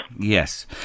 Yes